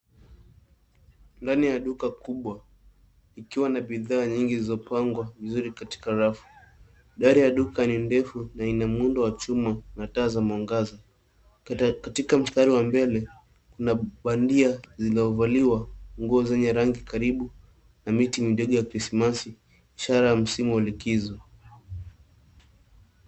Ndani ya duka kubwa, ikiwa na bidhaa nyingi zilizopangwa vizuri katika rafu. Dari ya duka ni ndefu na ina muundo wa chuma na taa za mwangaza. Katika mstari wa mbele kuna bandia zilizovaliwa nguo zenye rangi karibu na miti midogo ya krismasi ishara wa msimu wa likizo